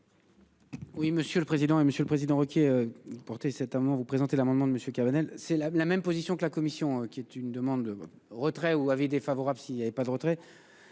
Oui, monsieur le président. Monsieur le Président Roquier. Porter c'est un moment vous présenter l'amendement de monsieur Cabanel c'est la la même position que la commission qui est une demande de retrait ou avis défavorable, si il y avait pas de retrait.